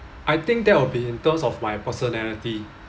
I think that will be in terms of my personality